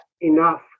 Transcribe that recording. enough